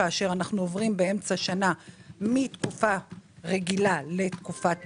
שכאשר אנחנו עוברים באמצע שנה מתקופה רגילה לתקופת בחירות,